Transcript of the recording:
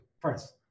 First